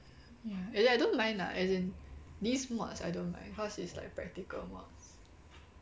ya as in I don't mind lah as in these mods I don't mind cause it's like practical mods